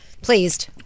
pleased